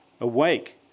Awake